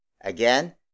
Again